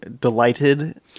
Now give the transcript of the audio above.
delighted